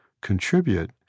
contribute